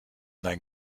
dein